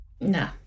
no